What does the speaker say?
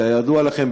כידוע לכם,